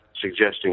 suggesting